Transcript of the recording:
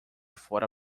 fora